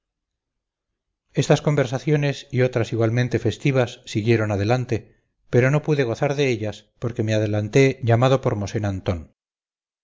estas conversaciones y otras igualmente festivas siguieron adelante pero no pude gozar de ellas porque me adelanté llamado por mosén antón